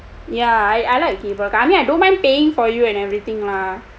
ya I I like cable car I mean I don't mind paying for you and everything lah